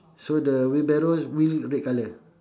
so the wheelbarrow's wheel red colour